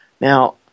Now